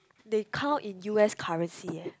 they count in U_S currency eh